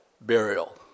burial